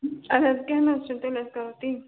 اَدِ حظ کینٛہہ نہَ حظ چھُ نہٕ تُلِو أسۍ کَرو تی